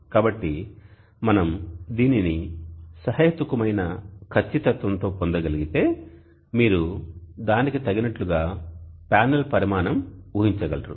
కాబట్టి మనం దీనిని సహేతుకమైన ఖచ్చితత్వంతో పొందగలిగితే మీరు దానికి తగినట్లుగా ప్యానెల్ పరిమాణం ఊహించగలరు